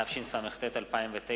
התשס"ט 2009,